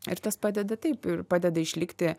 ir tas padeda taip padeda išlikti